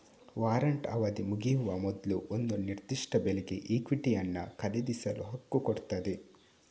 warrant ಅವಧಿ ಮುಗಿಯುವ ಮೊದ್ಲು ಒಂದು ನಿರ್ದಿಷ್ಟ ಬೆಲೆಗೆ ಇಕ್ವಿಟಿಯನ್ನ ಖರೀದಿಸಲು ಹಕ್ಕು ಕೊಡ್ತದೆ